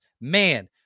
Man